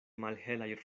malhelaj